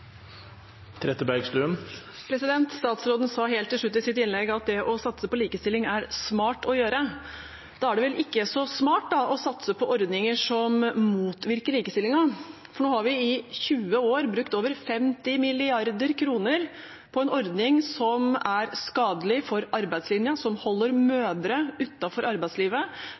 smart å gjøre. Da er det vel ikke så smart å satse på ordninger som motvirker likestillingen. Nå har vi i 20 år brukt over 50 mrd. kr på en ordning som er skadelig for arbeidslinja, som holder mødre utenfor arbeidslivet,